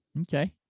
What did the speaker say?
okay